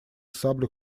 саблю